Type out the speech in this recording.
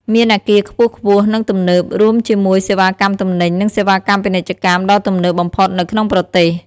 មានអាគារខ្ពស់ៗ និងទំនើប រួមជាមួយសេវាកម្មទំនិញ និងសេវាកម្មពាណិជ្ជកម្មដ៏ទំនើបបំផុតនៅក្នុងប្រទេស។